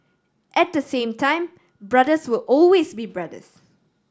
at the same time brothers will always be brothers